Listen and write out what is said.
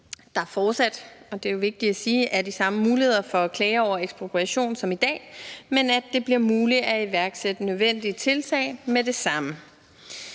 at der fortsat – og det er vigtigt at sige – er de samme muligheder for at klage over ekspropriation som i dag, men at det bliver muligt at iværksætte nødvendige tiltag med det samme.